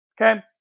okay